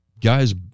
guys